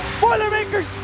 Boilermakers